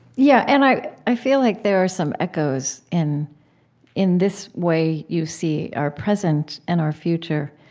yeah, and i i feel like there are some echoes in in this way you see our present and our future.